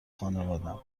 خانوادم